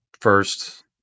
first